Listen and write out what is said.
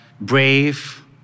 brave